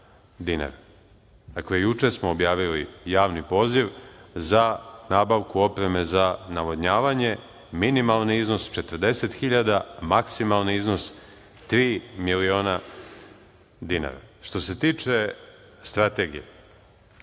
Dakle, juče smo objavili javni poziv za nabavku opreme za navodnjavanje. Minimalni iznos 40.000, maksimalni iznos tri miliona dinara. Što se tiče strategije,